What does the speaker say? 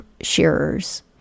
shearers